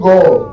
God